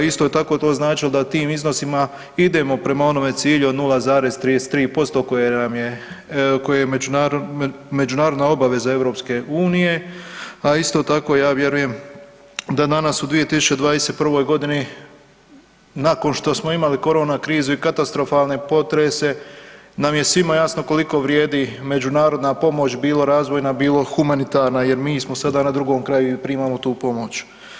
Isto je tako to značilo da tim iznosima idemo prema onome cilju od 0,33% koje nam je, koje je međunarodna obaveza EU, a isto tako ja vjerujem da danas u 2021. godini nakon što smo imali korona krizu i katastrofalne potrese nam je svima jasno koliko vrijedi međunarodna pomoć, bilo razvojna, bilo humanitarna jer mi smo sada na drugom kraju i primamo tu pomoć.